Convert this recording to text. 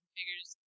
Figures